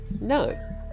no